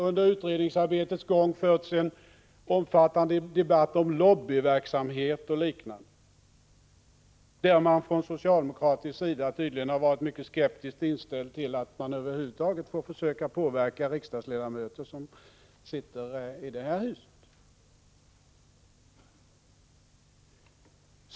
Under utredningsarbetets gång har det förts en omfattande debatt om lobbyverksamhet och liknande. I denna debatt har man från socialdemokraternas sida tydligen varit mycket skeptisk till möjligheterna att påverka riksdagsledamöterna.